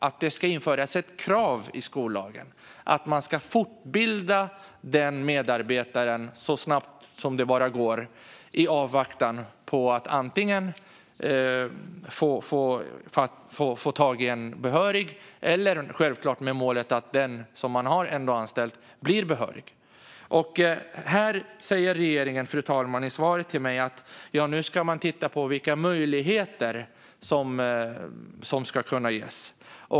Kravet ska innebära att man måste fortbilda en sådan medarbetare så snabbt det går i avvaktan på att man antingen får tag på en behörig lärare eller med det självklara målet att den person man har anställt blir behörig. I svaret till mig säger utbildningsministern att man ska titta på vilka möjligheter som ska kunna ges.